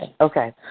Okay